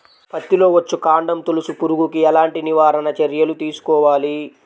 పత్తిలో వచ్చుకాండం తొలుచు పురుగుకి ఎలాంటి నివారణ చర్యలు తీసుకోవాలి?